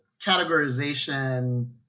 categorization